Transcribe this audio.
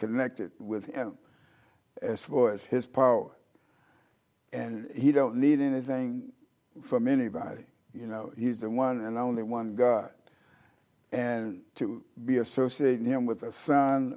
connected with him as far as his power and he don't need anything from anybody you know he's the one and only one god and to be associate him with a son